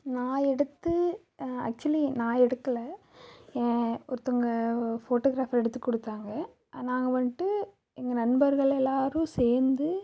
நான் எடுத்து ஆக்ஷுவலி நான் எடுக்கல என் ஒருத்தவங்க ஃபோட்டோகிராஃபர் எடுத்துக் கொடுத்தாங்க நாங்கள் வந்துட்டு எங்கள் நண்பர்கள் எல்லோரும் சேர்ந்து